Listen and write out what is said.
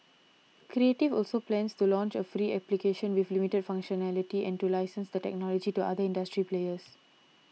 creative also plans to launch a free application with limited functionality and to license the technology to other industry players